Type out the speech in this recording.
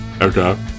okay